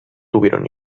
tuvieron